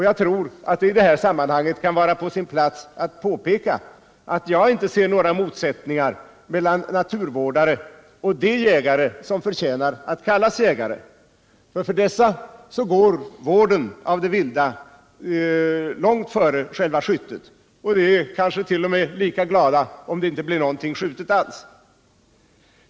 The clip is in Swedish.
Jag tror att det i detta sammanhang kan vara på sin plats att påpeka att jag inte ser några motsättningar mellan naturvårdare och de jägare som förtjänar att kallas jägare. För dessa går nämligen vården av det vilda långt före själva skyttet, och de är kanske t.o.m. lika glada om det inte blir någonting skjutet alls.